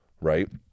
right